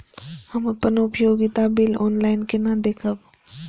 हम अपन उपयोगिता बिल ऑनलाइन केना देखब?